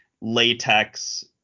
latex